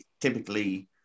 typically